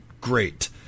great